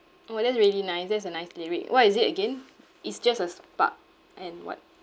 orh that's really nice that's a nice lyric what is it again it's just a spark and what